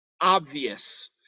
obvious